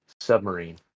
submarine